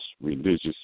religious